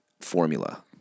formula